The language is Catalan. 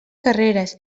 carreres